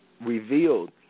revealed